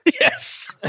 Yes